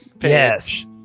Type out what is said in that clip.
yes